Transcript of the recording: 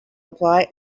apply